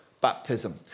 baptism